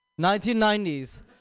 1990s